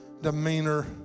demeanor